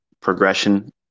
progression